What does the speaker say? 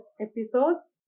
episodes